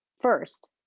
First